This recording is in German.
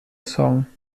song